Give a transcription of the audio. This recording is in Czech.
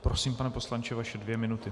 Prosím, pane poslanče, vaše dvě minuty.